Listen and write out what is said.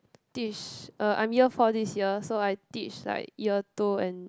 teach uh I'm year four this year so I teach like year two and